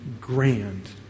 grand